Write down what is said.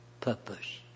purpose